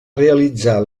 realitzar